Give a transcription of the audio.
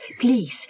please